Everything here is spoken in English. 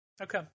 Okay